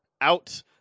out